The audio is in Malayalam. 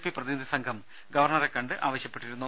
പി പ്രതിനിധി സംഘം ഗവർണറെ കണ്ട് ആവശ്യപ്പെട്ടിരുന്നു